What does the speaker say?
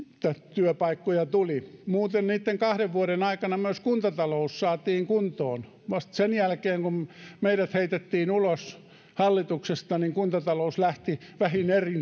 työpaikkoja tuli muuten niitten kahden vuoden aikana myös kuntatalous saatiin kuntoon vasta sen jälkeen kun meidät heitettiin ulos hallituksesta kuntatalous lähti vähin erin